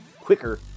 quicker